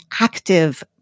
active